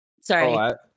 Sorry